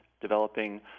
developing